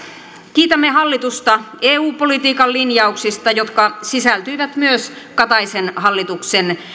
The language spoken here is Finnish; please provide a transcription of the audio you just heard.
kiitämme hallitusta eu politiikan linjauksista jotka sisältyivät myös kataisen hallituksen